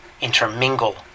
intermingle